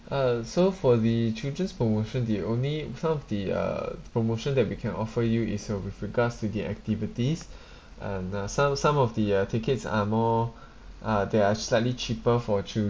uh so for the children's promotion the only some of the uh promotion that we can offer you is uh with regards to the activities and uh some some of the uh tickets are more uh they're are slightly cheaper for children